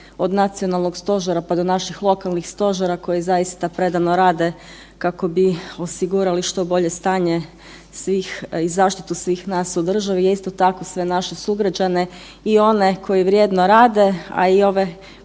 od nacionalnog stožera pa do naših lokalnih stožera koji zaista predano rade kako bi osigurali što bolje stanje svih i zaštitu svih nas u državi, a isto tako sve naše sugrađane i one koji vrijedno rade, a i ove